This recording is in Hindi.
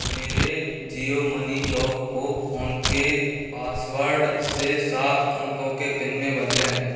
मेरे जियो मनी लॉक को फ़ोन के पासवर्ड से सात अंकों के पिन में बदलें